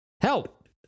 Help